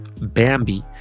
Bambi